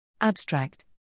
Abstract